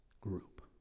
group